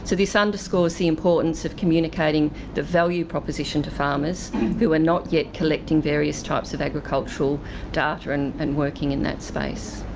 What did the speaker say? this underscores the importance of communicating the value proposition to farmers who were not yet collecting various types of agricultural data and and working in that space.